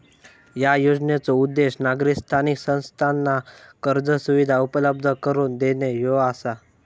या योजनेचो उद्देश नागरी स्थानिक संस्थांना कर्ज सुविधा उपलब्ध करून देणे ह्यो आसा